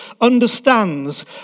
understands